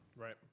Right